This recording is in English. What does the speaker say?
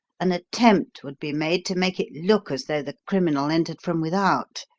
an attempt would be made to make it look as though the criminal entered from without,